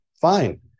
Fine